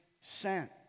sent